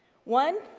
one,